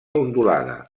ondulada